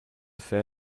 train